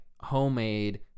homemade